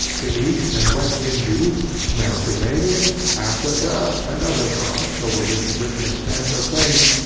the east, and west indies, mediterranean, africa, and other parts over which britain extends her claim,